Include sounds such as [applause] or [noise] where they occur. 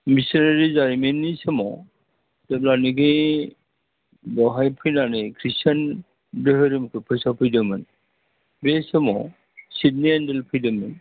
missionary जारिमिननि समाव जेब्लानोखि बेवहाय फैनानै ख्रिस्थियान धोरोमखौ फोसाव फैदोंमोन बे समाव [unintelligible] फैदोंमोन